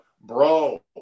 bro